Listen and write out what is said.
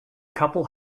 couple